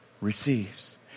receives